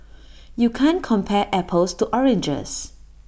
you can't compare apples to oranges